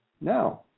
now